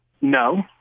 No